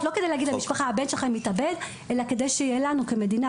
לא כדי להגיד למשפחה שהבן שלהם התאבד אלא כדי שיהיה לנו כמדינה,